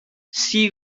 sea